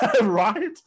Right